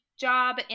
job